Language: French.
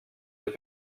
des